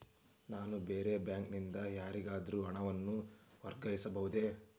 ನಾನು ಬೇರೆ ಬ್ಯಾಂಕ್ ನಿಂದ ಯಾರಿಗಾದರೂ ಹಣವನ್ನು ವರ್ಗಾಯಿಸಬಹುದೇ?